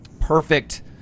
perfect